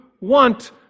want